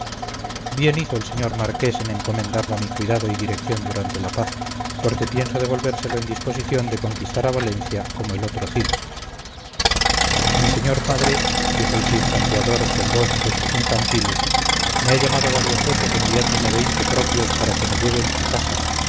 bien hizo el señor marqués en encomendarlo a mi cuidado y dirección durante la paz porque pienso devolvérselo en disposición de conquistar a valencia como el otro cid mi señor padre dijo el cid campeador con voz y gestos infantiles me ha llamado varias veces enviándome veinte propios para que me lleven a casa